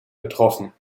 betroffen